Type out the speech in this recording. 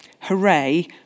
Hooray